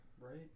Right